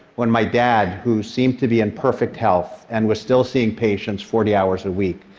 when my dad, who seemed to be in perfect health and was still seeing patients forty hours a week,